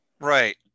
Right